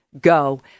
go